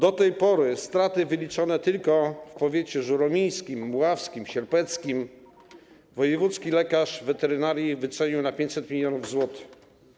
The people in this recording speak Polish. Do tej pory straty wyliczone tylko w powiatach żuromińskim, mławskim i sierpeckim wojewódzki lekarz weterynarii wycenił na 500 mln zł.